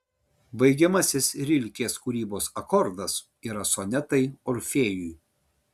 baigiamasis rilkės kūrybos akordas yra sonetai orfėjui